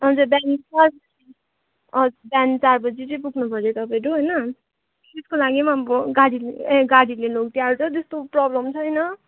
अन्त बिहान चार हजुर बिहान चार बजी चाहिँ पुग्नुपऱ्यो तपाईँहरू होइन त्यसको लागि पनि अब गाडीले ए गाडीले लगिदिइहाल्छ त्यस्तो प्रोब्लम छैन